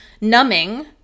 numbing